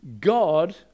God